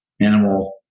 animal